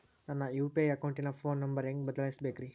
ನನ್ನ ಯು.ಪಿ.ಐ ಅಕೌಂಟಿನ phone number ಹೆಂಗ್ ಬದಲಾಯಿಸ ಬೇಕ್ರಿ?